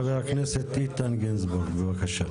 חבר הכנסת איתן גינזבורג, בבקשה.